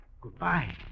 Goodbye